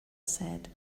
said